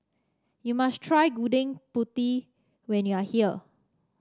you must try Gudeg Putih when you are here